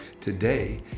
today